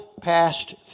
passed